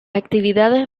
actividades